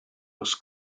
was